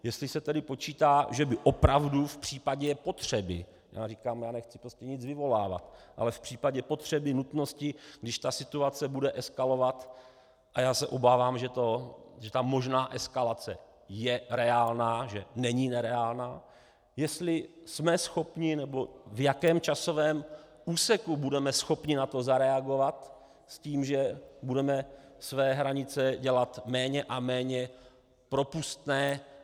Jestli se tedy počítá, že by opravdu v případě potřeby říkám, nechci nic vyvolávat ale v případě potřeby, nutnosti, když situace bude eskalovat, a já se obávám, že ta možná eskalace je reálná, že není nereálná, jestli jsme schopni nebo v jakém časovém úseku budeme schopni na to zareagovat s tím, že budeme své hranice dělat méně a méně propustné.